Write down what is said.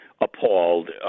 appalled